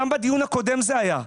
גם בדיון הקודם זה היה,